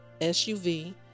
SUV